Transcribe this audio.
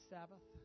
Sabbath